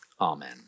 Amen